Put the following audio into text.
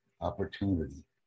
opportunity